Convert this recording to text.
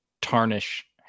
tarnish